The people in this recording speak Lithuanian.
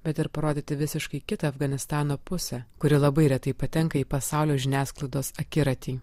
bet ir parodyti visiškai kitą afganistano pusę kuri labai retai patenka į pasaulio žiniasklaidos akiratį